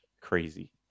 crazy